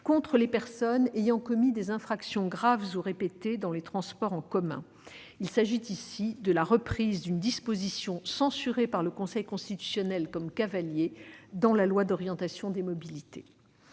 contre les personnes ayant commis des infractions graves ou répétées dans les transports en commun. Il s'agit de la reprise d'une disposition censurée par le Conseil constitutionnel en tant que cavalier dans la loi d'orientation des mobilités.